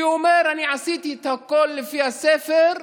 והוא אומר: אני עשיתי את הכול לפי הספר,